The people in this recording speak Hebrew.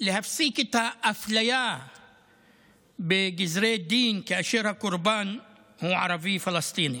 להפסיק את האפליה בגזרי דין כאשר הקורבן הוא ערבי-פלסטיני.